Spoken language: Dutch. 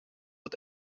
het